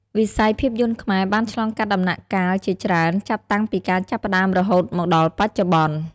វិស័យភាពយន្តខ្មែរបានឆ្លងកាត់ដំណាក់កាលជាច្រើន ចាប់តាំងពីការចាប់ផ្ដើមដំបូងរហូតមកដល់បច្ចុប្បន្ន។